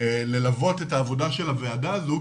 ללוות את העבודה של הועדה הזו,